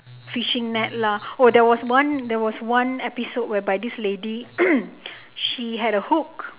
fishing net lah oh there was one there was one episode whereby this lady she had a hook